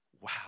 wow